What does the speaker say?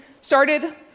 started